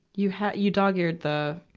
you have, you dog-eared the,